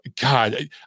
God